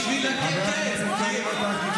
חבר הכנסת קריב, אתה בקריאה ראשונה.